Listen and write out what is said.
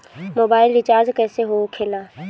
Mobile recharge कैसे होखे ला?